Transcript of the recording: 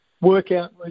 workout